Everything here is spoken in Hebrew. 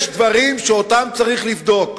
יש דברים שצריך לבדוק.